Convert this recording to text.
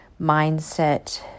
mindset